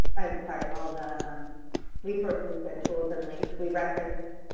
i'm sorry, all the um resources and tools and links. we referenced,